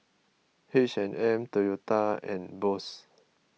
H and M Toyota and Bose